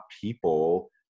people